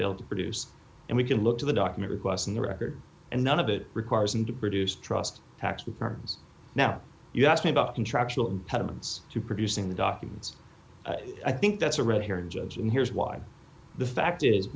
to produce and we can look to the document requests in the record and none of it requires him to produce trust tax returns now you asked me about contractual impediments to producing the documents i think that's a red herring judge and here's why the fact is